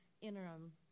interim